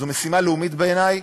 זו משימה לאומית בעיני.